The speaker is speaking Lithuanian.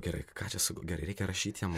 gerai ką čia su gerai reikia rašyti jam